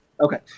Okay